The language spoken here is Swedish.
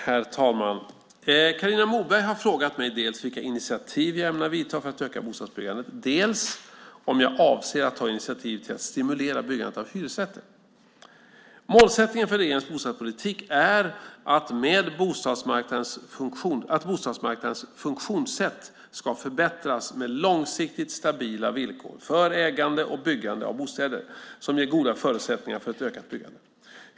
Herr talman! Carina Moberg har frågat mig dels vilka initiativ jag ämnar ta för att öka bostadsbyggandet, dels om jag avser att ta initiativ till att stimulera byggandet av hyresrätter. Målsättningen för regeringens bostadspolitik är att bostadsmarknadens funktionssätt ska förbättras med långsiktigt stabila villkor för ägande och byggande av bostäder som ger goda förutsättningar för ett ökat byggande.